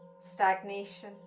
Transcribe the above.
stagnation